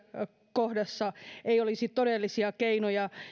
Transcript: kohdassa ei olisi todellisia keinoja